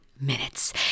minutes